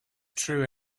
true